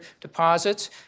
deposits